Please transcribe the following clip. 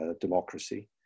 democracy